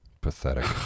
Pathetic